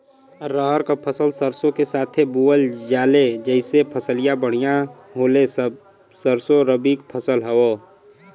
रहर क फसल सरसो के साथे बुवल जाले जैसे फसलिया बढ़िया होले सरसो रबीक फसल हवौ